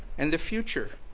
and the future,